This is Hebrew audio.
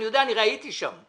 אני יודע, אני הרי הייתי שם.